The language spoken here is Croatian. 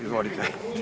Izvolite.